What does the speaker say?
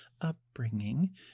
upbringing